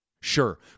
Sure